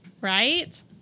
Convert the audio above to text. Right